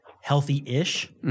healthy-ish